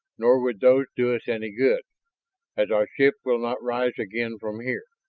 nor would those do us any good as our ship will not rise again from here.